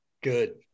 Good